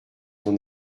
ton